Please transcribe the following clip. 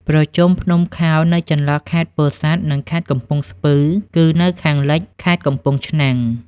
ប្រជុំភ្នំខោលនៅចន្លោះខេត្តពោធិសាត់ និងខេត្តកំពង់ស្ពឺ គឺនៅ ខាងលិចខេត្តកំពង់ឆ្នាំង ។